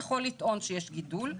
יכול לטעון שיש גידול,